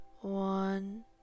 One